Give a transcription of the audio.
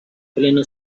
pleno